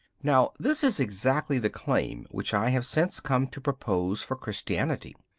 now, this is exactly the claim which i have since come to propound for christianity.